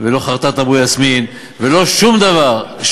ולא חרטאת אבו יסמין, ולא שום דבר.